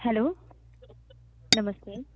hello नमस्ते